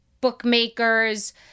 bookmakers